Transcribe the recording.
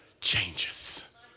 changes